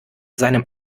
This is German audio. seinem